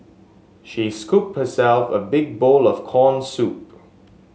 she scooped herself a big bowl of corn soup